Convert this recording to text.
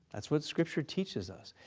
that's what scripture teaches us.